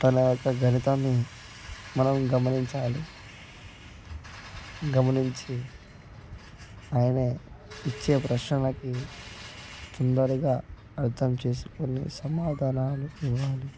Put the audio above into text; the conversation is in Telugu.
తన యొక్క గణితాన్ని మనం గమనించాలి గమనించి ఆయన ఇచ్చే ప్రశ్నలకి తొందరగా అర్థం చేసుకొని సమాధానాలు ఇవ్వాలి